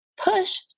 Push